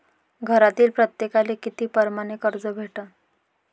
घरातील प्रत्येकाले किती परमाने कर्ज भेटन?